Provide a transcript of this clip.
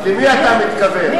מי שם אותך?